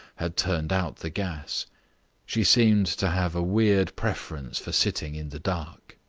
had turned out the gas she seemed to have a weird preference for sitting in the dark.